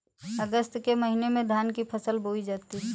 अगस्त के महीने में धान की फसल बोई जाती हैं